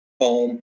home